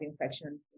infection